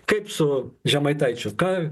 kaip su žemaitaičiu ką